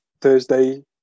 Thursday